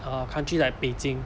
uh country like beijing